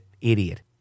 idiot